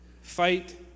fight